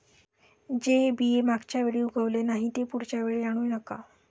जे बी मागच्या वेळी उगवले नाही, ते पुढच्या वेळी आणू नको